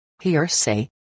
hearsay